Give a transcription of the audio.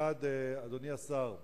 1. אדוני השר,